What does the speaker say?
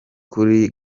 kuri